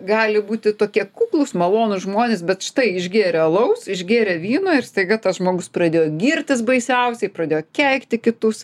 gali būti tokie kuklūs malonūs žmonės bet štai išgėrę alaus išgėrę vyno ir staiga tas žmogus pradėjo girtis baisiausiai pradėjo keikti kitus